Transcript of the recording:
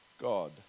god